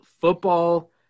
football